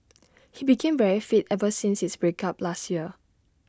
he became very fit ever since his break up last year